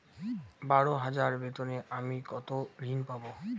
বারো হাজার বেতনে আমি কত ঋন পাব?